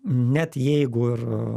net jeigu ir